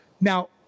now